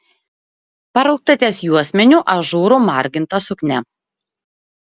paraukta ties juosmeniu ažūru marginta suknia